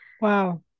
wow